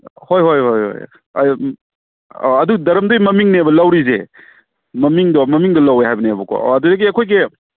ꯍꯣꯏ ꯍꯣꯏ ꯍꯣꯏ ꯍꯣꯏ ꯑꯧ ꯑꯗꯨꯏ ꯗꯔꯝꯗꯨꯏ ꯃꯃꯤꯡꯅꯦꯕ ꯂꯧꯔꯤꯁꯦ ꯃꯃꯤꯡꯗꯣ ꯃꯃꯤꯡꯗꯣ ꯂꯧꯋꯦ ꯍꯥꯏꯕꯅꯦꯕꯀꯣ ꯑꯗꯨꯗꯒꯤ ꯑꯩꯈꯣꯏꯒꯤ